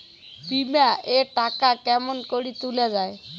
বিমা এর টাকা কেমন করি তুলা য়ায়?